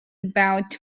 about